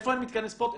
איפה אין מתקני ספורט?